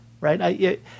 right